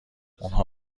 اونها